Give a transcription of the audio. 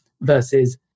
versus